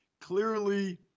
Clearly